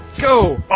Go